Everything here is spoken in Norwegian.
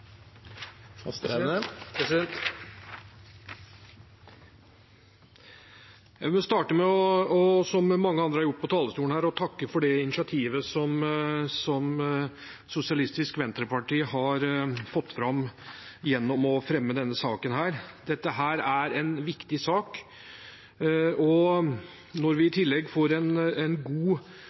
Jeg må, som mange andre har gjort fra talerstolen her, starte med å takke for det initiativet som Sosialistisk Venstreparti har tatt gjennom å fremme denne saken. Dette er en viktig sak, og når vi i tillegg får en god saksordførerredegjørelse fra representanten Jegstad som en innledning til saken, og en god